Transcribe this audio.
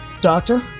Doctor